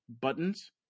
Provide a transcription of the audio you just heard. Buttons